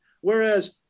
Whereas